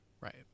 Right